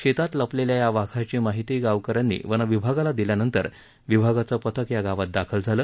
शेतात लपलेल्या या वाघाची माहिती गावकऱ्यांनी वनविभागाला दिल्यानंतर विभागाचं पथक या गावात दाखल झालं